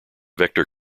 vector